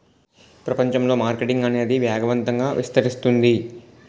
ప్రపంచంలో మార్కెటింగ్ అనేది వేగవంతంగా విస్తరిస్తుంది